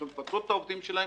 גם צריכים לפצות את העובדים שלהם.